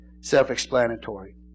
Self-explanatory